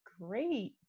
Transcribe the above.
great